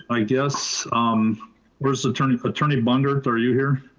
i guess um where's the attorney. but attorney bungert, are you here?